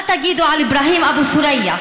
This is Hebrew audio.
מה תגידו על אברהים אבו ת'וריא,